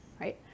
Right